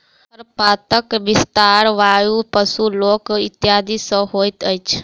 खरपातक विस्तार वायु, पशु, लोक इत्यादि सॅ होइत अछि